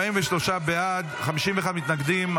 43 בעד, 51 מתנגדים.